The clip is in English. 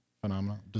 phenomena